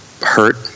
hurt